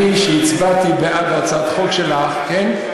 אני שהצבעתי בעד הצעת החוק שלך, כן.